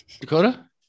Dakota